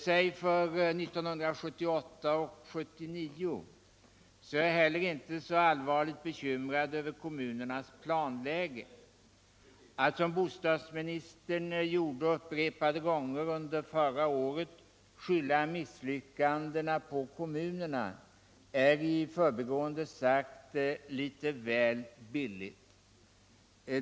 säg för 1978 och 1979, är jag heller inte så allvarligt bekymrad över kommunernas planläge. Att som bostadsministern gjorde upprepade gånger under förra året skylla misslsyckandena på kommunerna är, i förbigående sagt, litet väl billigt.